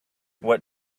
what